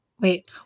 wait